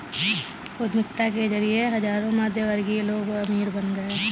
उद्यमिता के जरिए हजारों मध्यमवर्गीय लोग अमीर बन गए